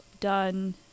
done